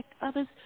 others